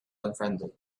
unfriendly